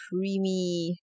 creamy